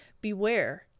beware